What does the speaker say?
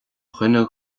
dhuine